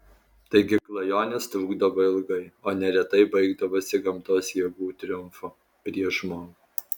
taigi klajonės trukdavo ilgai o neretai baigdavosi gamtos jėgų triumfu prieš žmogų